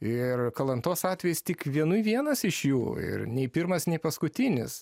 ir kalantos atvejis tik vienui vienas iš jų ir nei pirmas nei paskutinis